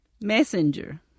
Messenger